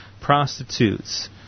prostitutes